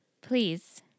Please